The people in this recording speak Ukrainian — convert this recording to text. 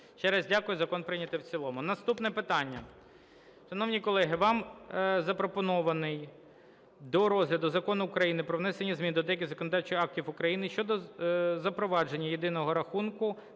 Ще раз дякую. Закон прийнято в цілому. Наступне питання. Шановні колеги, вам запропонований до розгляду Закон України "Про внесення змін до деяких законодавчих актів України щодо запровадження єдиного рахунку